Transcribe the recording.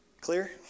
Clear